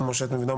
כמו שאת מבינה,